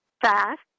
fast